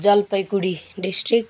Jalpaiguri district